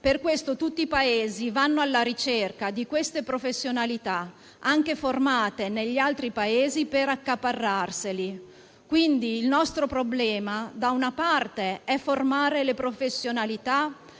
Per questo tutti i Paesi vanno alla ricerca di queste professionalità, anche formate negli altri Paesi, per accaparrarseli. Quindi, il nostro problema da una parte è formare le professionalità